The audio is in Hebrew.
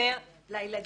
מצטבר לילדים,